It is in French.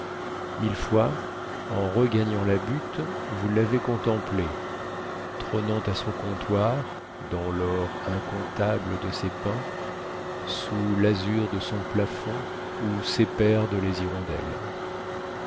mille fois en regagnant la butte vous lavez contemplée trônant à son comptoir dans lor incomptable de ses pains sous lazur de son plafond où séperdent les hirondelles